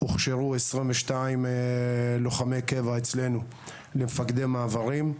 הוכשרו 22 לוחמי קבע אצלנו למפקדי מעברים.